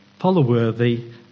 follow-worthy